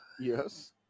yes